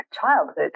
childhood